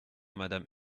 madame